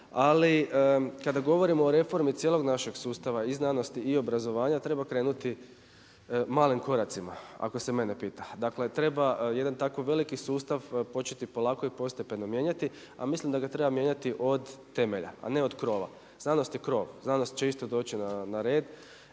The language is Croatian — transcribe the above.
Ali kada govorimo o reformi cijelog našeg sustava i znanosti i obrazovanja treba krenuti malim koracima ako se mene pita. Dakle treba jedan tako veliki sustav početi polako i postepeno mijenjati a mislim da ga treba mijenjati od temelja a ne od krova. Znanost je krov, znanost će isto doći na red.